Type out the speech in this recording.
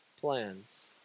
plans